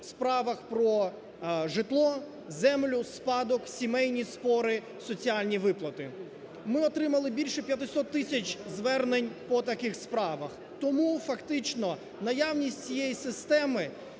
справах про житло, землю, спадок, сімейні спори, соціальні виплати. Ми отримали більше 500 тисяч звернень по таких справах, тому фактично наявність цієї системи